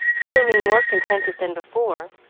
seeming more contented than before.